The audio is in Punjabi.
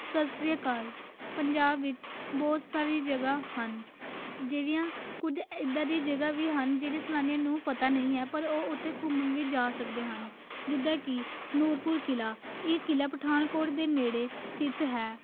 ਸਤਿ ਸ਼੍ਰੀ ਅਕਾਲ ਪੰਜਾਬ ਵਿੱਚ ਬਹੁਤ ਸਾਰੀ ਜਗ੍ਹਾ ਹਨ ਜਿਹੜੀਆਂ ਕੁਝ ਇੱਦਾਂ ਦੀ ਜਗ੍ਹਾ ਵੀ ਹਨ ਜਿਹੜੇ ਸੈਲਾਨੀਆਂ ਨੂੰ ਪਤਾ ਨਹੀਂ ਹੈ ਪਰ ਉਹ ਉੱਥੇ ਘੁੰਮਣ ਵੀ ਜਾ ਸਕਦੇ ਹਨ ਜਿੱਦਾਂ ਕਿ ਨੂਰਪੁਰ ਕਿਲ੍ਹਾ ਇਹ ਕਿਲ੍ਹਾ ਪਠਾਨਕੋਟ ਦੇ ਨੇੜੇ ਸਥਿਤ ਹੈ